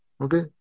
Okay